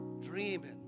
dreaming